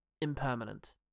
impermanent